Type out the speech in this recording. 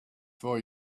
for